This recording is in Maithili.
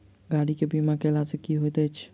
गाड़ी केँ बीमा कैला सँ की होइत अछि?